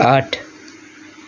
आठ